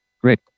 great